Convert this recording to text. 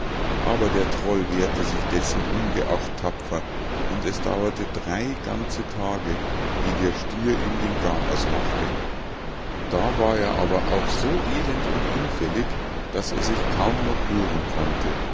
aber der troll wehrte sich dessen ungeachtet tapfer und es dauerte drei ganze tage eh der stier ihm den garaus machte da war er aber auch so elend und hinfällig daß er sich kaum noch rühren konnte